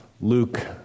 Luke